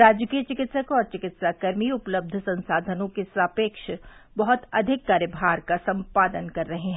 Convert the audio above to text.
राजकीय विकित्सक और चिकित्साकर्मी उपलब्ध संसाधनों के सापेक्ष बहुत अधिक कार्यभार का सम्पादन कर रहे है